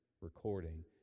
recording